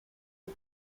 les